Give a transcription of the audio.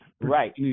Right